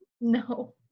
No